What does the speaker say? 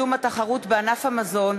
הצעת חוק קידום התחרות בענף המזון,